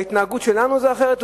ההתנהגות שלנו אחרת,